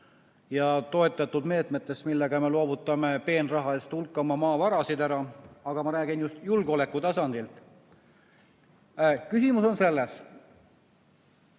ja toetatud meetmetest, millega me loovutame peenraha eest hulga oma maavarasid, aga ma räägin just julgeolekutasandilt. Küsimus on selles.